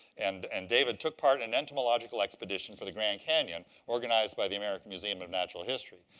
and and david took part in entomological expedition for the grand canyon organized by the american museum of natural history.